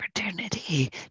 opportunity